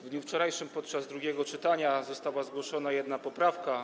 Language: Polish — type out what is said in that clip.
W dniu wczorajszym podczas drugiego czytania została zgłoszona jedna poprawka.